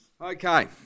Okay